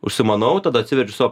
užsimanau tada atsiverčiu savo